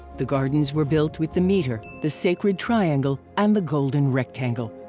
the gardens were built with the meter, the sacred triangle and the golden rectangle